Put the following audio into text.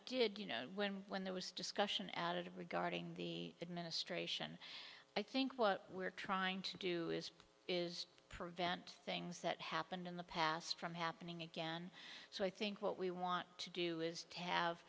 did you know when when there was discussion added regarding the administration i think what we're trying to do is is prevent things that happened in the past from happening again so i think what we want to do is to have